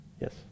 Yes